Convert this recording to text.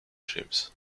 james